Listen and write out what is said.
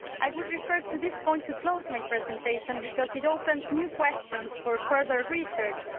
i would refer to this point to close my presentation because it opens new questions for further research,